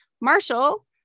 Marshall